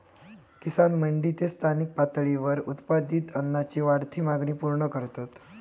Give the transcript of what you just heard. किसान मंडी ते स्थानिक पातळीवर उत्पादित अन्नाची वाढती मागणी पूर्ण करतत